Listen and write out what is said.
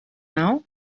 now